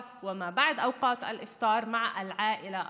ולאחר זמני האיפטאר עם המשפחה המצומצמת,